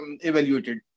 evaluated